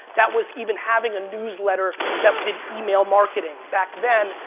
that was even having a newsletter that did email marketing, back then,